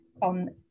on